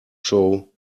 show